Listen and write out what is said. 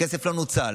והכסף לא נוצל.